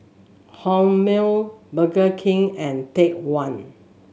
Hormel Burger King and Take One